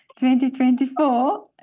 2024